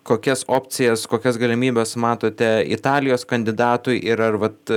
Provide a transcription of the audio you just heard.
kokias opcijas kokias galimybes matote italijos kandidatui ir ar vat